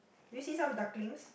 do you see some ducklings